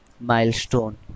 Milestone